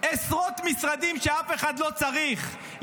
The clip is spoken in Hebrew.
עשרות משרדים שאף אחד לא צריך,